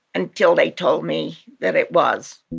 until they told me that it was